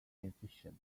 inefficient